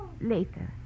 later